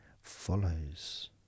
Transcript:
follows